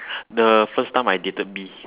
the first time I dated B